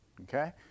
okay